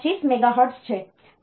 125 megahertz છે